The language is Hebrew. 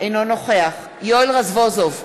אינו נוכח יואל רזבוזוב,